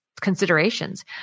considerations